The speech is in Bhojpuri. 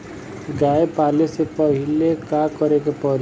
गया पाले से पहिले का करे के पारी?